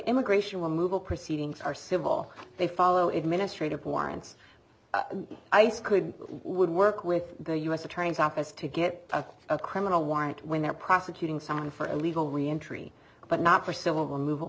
immigration removal proceedings are civil they follow it ministry of warrants ice could would work with the u s attorney's office to get a criminal warrant when they're prosecuting someone for illegal reentry but not for civil mov